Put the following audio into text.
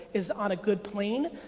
is on a good plane,